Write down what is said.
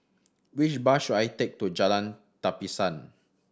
which bus should I take to Jalan Tapisan